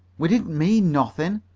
we didn't mean nothin',